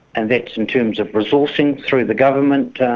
and that's in terms of resourcing through the government,